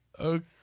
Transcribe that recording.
Okay